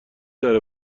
داره